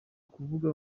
ukuvuga